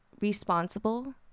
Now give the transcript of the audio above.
responsible